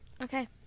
Okay